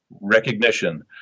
recognition